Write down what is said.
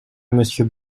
monsieur